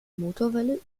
motorwelle